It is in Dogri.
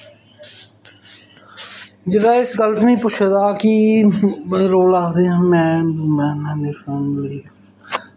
जेल्लै इस गल्ला दा पुच्छे दा की लोग आक्खदे कि मां ना अपनी फैमिली